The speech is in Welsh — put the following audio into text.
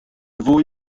fwy